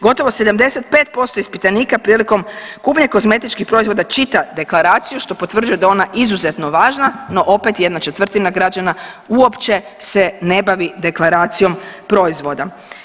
Gotovo 75% ispitanika prilikom kupnje kozmetičkih proizvoda čita deklaraciju što potvrđuje da je ona izuzetno važna, no opet 1/4 građana uopće se ne bavi deklaracijom proizvoda.